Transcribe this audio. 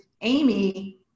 Amy